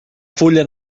fulla